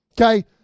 okay